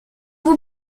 vous